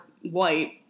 white